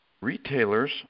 Retailers